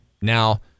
Now